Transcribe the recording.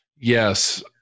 Yes